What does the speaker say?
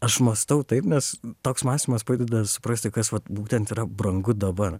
aš mąstau taip nes toks mąstymas padeda suprasti kas vat būtent yra brangu dabar